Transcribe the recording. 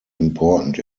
important